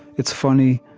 it's funny.